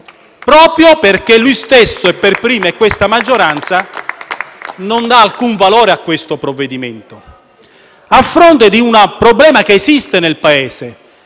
proprio perché lui stesso e questa maggioranza non danno alcun valore a questo provvedimento. Ciò a fronte di un problema che esiste nel Paese.